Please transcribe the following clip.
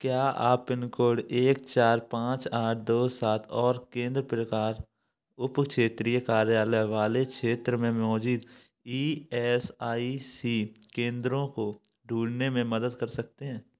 क्या आप पिनकोड एक चार पाँच आठ दो सात और केंद्र प्रकार उप क्षेत्रीय कार्यालय वाले क्षेत्र में मौजूद ई एस आई सी केंद्रों को ढूँढने में मदद कर सकते हैं